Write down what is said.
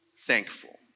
thankful